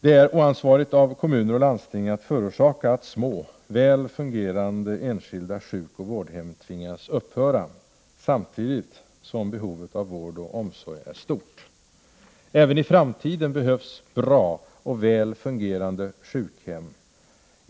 Det är oansvarigt av kommuner och landsting att förorsaka att små, väl fungerande, enskilda sjukoch vårdhem tvingas upphöra, samtidigt som behovet av vård och omsorg är stort. Även i framtiden behövs bra och väl fungerande sjukhem.